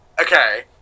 okay